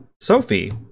Sophie